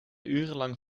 urenlang